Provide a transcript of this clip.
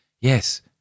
Yes